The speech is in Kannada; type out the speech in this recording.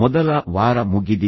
ಮೊದಲ ವಾರ ಮುಗಿದಿದೆ